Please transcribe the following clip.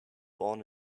born